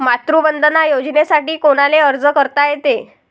मातृवंदना योजनेसाठी कोनाले अर्ज करता येते?